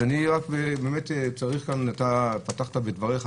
פתחת בדבריך